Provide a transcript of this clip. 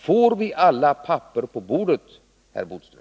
Får vi alla papper på bordet, herr Bodström?